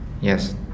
Yes